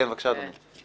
כן, בבקשה, אדוני.